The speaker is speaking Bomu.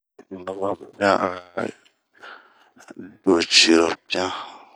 Novambere pian a duo ci'ro pian.